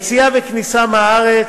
יציאה וכניסה לארץ,